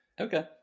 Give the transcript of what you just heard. okay